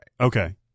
Okay